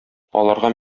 аларга